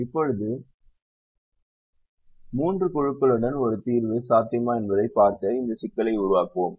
இப்போது 3 குழுக்களுடன் ஒரு தீர்வு சாத்தியமா என்பதைப் பார்க்க இந்த சிக்கலை உருவாக்குவோம்